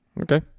Okay